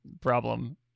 problem